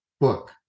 book